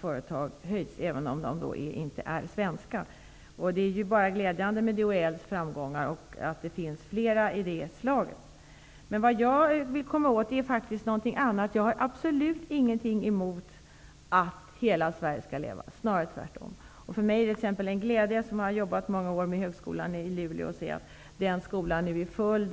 företag i Sverige blir större även om företagen inte är svenska. Det är enbart glädjande att DHL har framgång och att det finns fler företag av det slaget. Jag har absolut inget emot att hela Sverige skall leva, tvärtom! Eftersom jag har jobbat många år med högskolan i Luleå är det en glädje för mig att se att den skolan nu utnyttjas fullt ut.